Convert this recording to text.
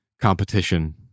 competition